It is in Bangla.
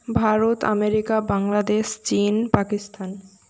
ভারত আমেরিকা বাংলাদেশ চীন পাকিস্তান